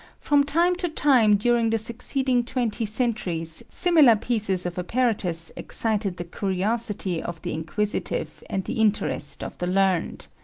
from time to time during the succeeding twenty centuries similar pieces of apparatus excited the curiosity of the inquisitive and the interest of the learned.